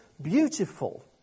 beautiful